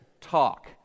talk